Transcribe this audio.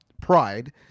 Pride